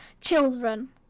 children